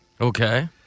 Okay